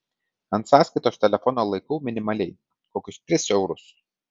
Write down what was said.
ant sąskaitos telefono laikau minimaliai kokius tris eurus